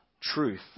truth